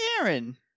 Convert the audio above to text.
Aaron